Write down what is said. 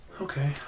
Okay